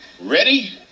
Ready